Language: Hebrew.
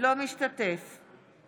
אינו משתתף בהצבעה